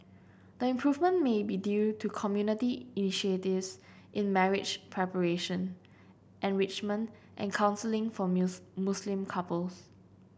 the improvement may be due to community initiatives in marriage preparation enrichment and counselling for Muslim couples